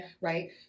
right